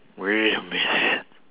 wait a minute